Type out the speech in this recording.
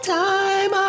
time